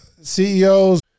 CEOs